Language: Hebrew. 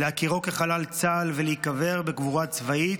להכירו כחלל צה"ל ולקבור אותו בקבורה צבאית,